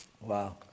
Wow